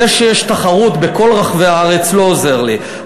זה שיש תחרות בכל רחבי הארץ לא עוזר לי,